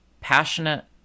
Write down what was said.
passionate